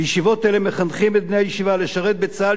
בישיבות אלה מחנכים את בני הישיבה לשרת בצה"ל